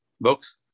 books